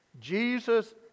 Jesus